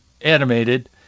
animated